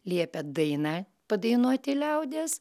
liepia dainą padainuoti liaudies